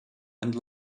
and